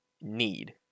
need